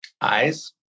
Eyes